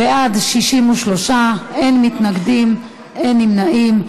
בעד, 63, אין מתנגדים, אין נמנעים.